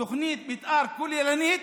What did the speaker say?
תוכנית מתאר מאושרת,